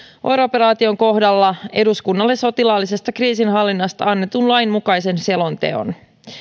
oir operaation kohdalla eduskunnalle sotilaallisesta kriisinhallinnasta annetun lain mukaisen selonteon